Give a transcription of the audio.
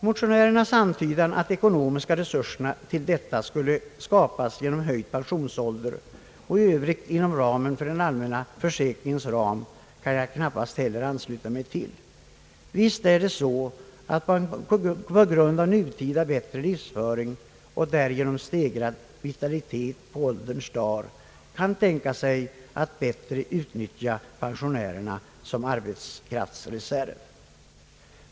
Motionärernas antydan att de ekonomiska resurserna till detta skulle kunna skapas genom höjd pensionsålder och i övrigt inom ramen av den allmänna försäkringen kan jag knappast heller ansluta mig till. Visst är det så att man på grund av nutida bättre livsföring och därigenom stegrad vitalitet på ålderns dag kan tänka sig att bättre utnyttja pensionärerna som arbetskraftsreserv.